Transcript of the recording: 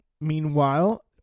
Meanwhile